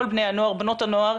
כל בני ובנות הנוער,